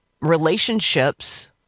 relationships